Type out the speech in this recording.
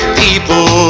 people